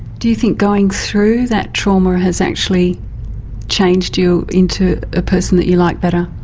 do you think going through that trauma has actually changed you into a person that you like better?